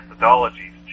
methodologies